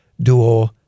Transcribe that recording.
duo